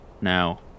Now